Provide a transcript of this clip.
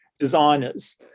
designers